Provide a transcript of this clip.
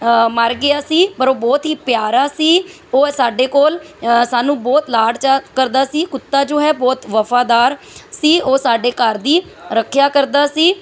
ਮਰ ਗਿਆ ਸੀ ਪਰ ਉਹ ਬਹੁਤ ਹੀ ਪਿਆਰਾ ਸੀ ਉਹ ਸਾਡੇ ਕੋਲ ਸਾਨੂੰ ਬਹੁਤ ਲਾਡ ਚਾਅ ਕਰਦਾ ਸੀ ਕੁੱਤਾ ਜੋ ਹੈ ਬਹੁਤ ਵਫਾਦਾਰ ਸੀ ਉਹ ਸਾਡੇ ਘਰ ਦੀ ਰੱਖਿਆ ਕਰਦਾ ਸੀ